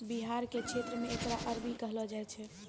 बिहार के क्षेत्र मे एकरा अरबी कहलो जाय छै